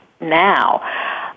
now